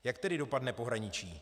Jak tedy dopadne pohraničí?